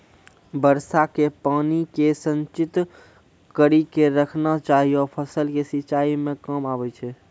वर्षा के पानी के संचित कड़ी के रखना चाहियौ फ़सल के सिंचाई मे काम आबै छै?